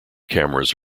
cameras